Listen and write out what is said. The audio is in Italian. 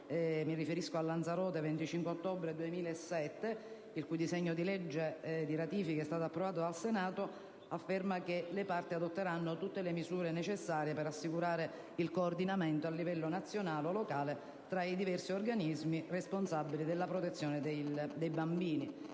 fatta a Lanzarote il 25 ottobre 2007, il cui disegno di legge di ratifica è stato approvato dal Senato, articolo che afferma che le Parti adotteranno le misure necessarie ad assicurare il coordinamento a livello nazionale o locale tra i diversi organismi responsabili della protezione dei bambini,